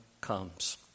comes